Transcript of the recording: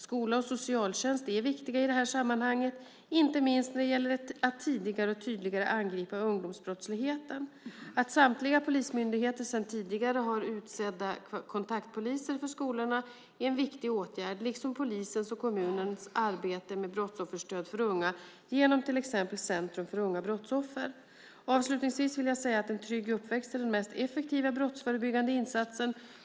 Skola och socialtjänst är viktiga i det här sammanhanget, inte minst när det gäller att tidigare och tydligare angripa ungdomsbrottsligheten. Att samtliga polismyndigheter sedan tidigare har utsedda kontaktpoliser för skolorna är en viktig åtgärd liksom polisens och kommunens arbete med brottsofferstöd för unga genom till exempel centrum för unga brottsoffer. Avslutningsvis vill jag säga att en trygg uppväxt är den mest effektiva brottsförebyggande insatsen.